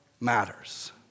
matters